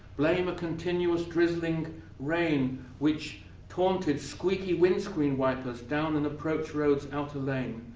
blame a continuous drizzling rain which taunted squeaky windscreen wipers down an approach road's outer lane.